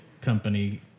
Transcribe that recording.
company